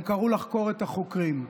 הם קראו לחקור את החוקרים,